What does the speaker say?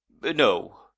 no